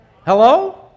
Hello